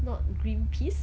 not green piss